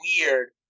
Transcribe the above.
weird